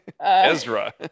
Ezra